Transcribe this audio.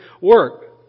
work